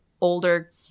older